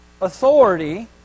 authority